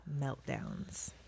meltdowns